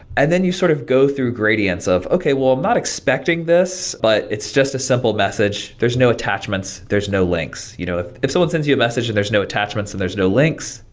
and then you sort of go through gradients of, okay, well i'm not expecting this, but it's just a simple message. there's no attachments, there's no links. you know if if someone sends you a message and there's no attachments attachments and there's no links,